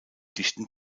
dichten